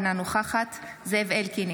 אינה נוכחת זאב אלקין,